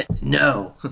No